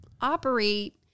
operate